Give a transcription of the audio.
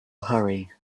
hurry